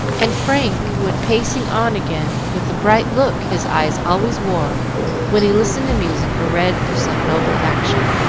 and frank went pacing on again with the bright look his eyes always wore when he listened to music or read of some noble action.